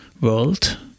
world